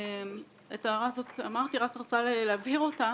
את ההערה זאת אמרתי, רק רוצה להבהיר אותה.